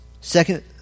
Second